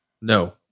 No